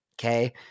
okay